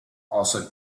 also